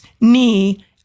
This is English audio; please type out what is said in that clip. knee